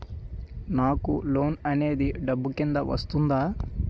నాకు లోన్ అనేది డబ్బు కిందా వస్తుందా?